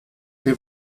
wir